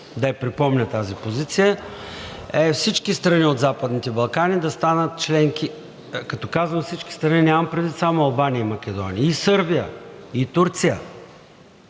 да припомня тази позиция, е всички страни от Западните Балкани да станат членки. Като казвам всички страни, нямам предвид само Албания и Македония, и Сърбия, и Турция